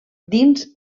dins